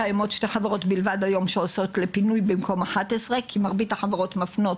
קיימות 2 חברות בלבד היום שעושות פינוי במקום 11 כי מרבית החברות מפנות